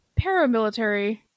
paramilitary